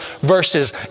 verses